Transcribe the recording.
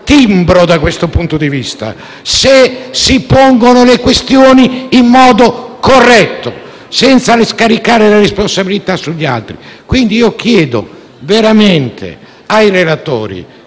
timbro, sotto questo profilo, se si pongono le questioni in modo corretto, senza scaricare le responsabilità sugli altri. Chiedo quindi, veramente, ai relatori